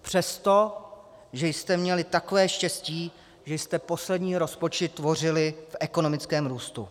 Přesto, že jste měli takové štěstí, že jste poslední rozpočet tvořili v ekonomickém růstu.